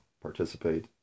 participate